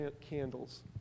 candles